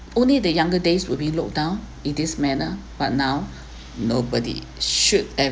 only the younger days will be looked down in this manner but now nobody should ever